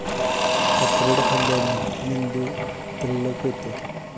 अक्रोड खाल्ल्याने मेंदू तल्लख होतो